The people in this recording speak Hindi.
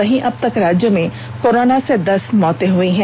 वहीं अब तक राज्य में कोरोना से दस मौतें हो च्की हैं